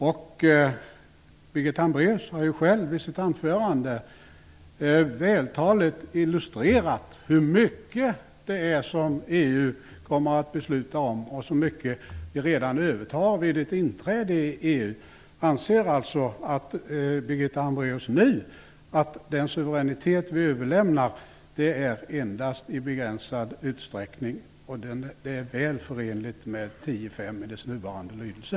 Birgitta Hambraeus har ju själv i sitt anförande vältaligt illustrerat hur mycket EU kommer att besluta om och så mycket EU övertar redan vid vårt inträde i EU. Anser Birgitta Hambraeus att den suveränitet vi överlämnar är endast i begränsad utsträckning och väl förenligt med 10:5 i dess nuvarande lydelse?